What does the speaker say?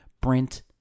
Brent